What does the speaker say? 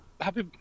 Happy